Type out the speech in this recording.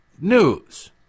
news